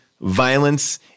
violence